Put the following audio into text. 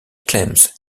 claims